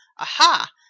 aha